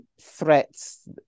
threats